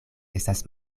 estas